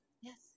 Yes